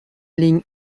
ligne